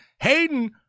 Hayden